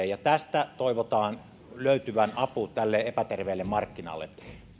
ja tästä toivotaan löytyvän apu tälle epäterveelle markkinalle